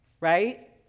right